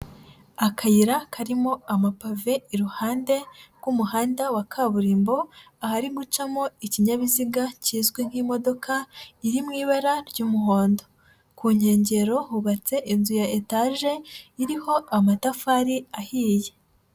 Akayira karimo amapave iruhande rw'umuhanda wa kaburimbo, ahari gucamo ikinyabiziga kizwi nk'imodoka iri mu ibara ry'umuhondo, ku nkengero hubatse inzu ya etaje iriho amatafari ahiye.